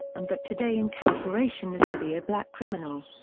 and that today incarceration is to be a black criminal.